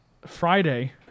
Friday